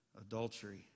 adultery